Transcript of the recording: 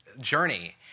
journey